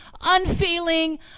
unfeeling